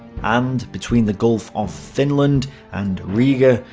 and between the gulf of finland and riga,